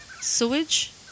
sewage